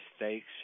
mistakes